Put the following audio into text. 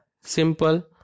simple